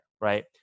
right